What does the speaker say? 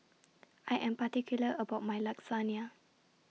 I Am particular about My Lasagna